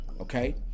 okay